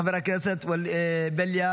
חבר הכנסת בליאק,